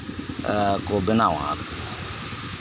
ᱠᱳ ᱵᱮᱱᱟᱣᱟ ᱟᱨ ᱠᱤ